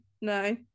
No